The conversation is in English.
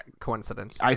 coincidence